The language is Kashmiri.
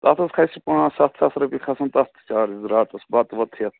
تَتھ حظ کھسہِ پانٛژھ سَتھ ساس رۄپیہِ کھَسن تَتھ چارٕج راتَس بَتہٕ وتہٕ ہٮ۪تھ